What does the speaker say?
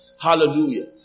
Hallelujah